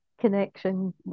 connection